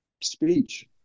speech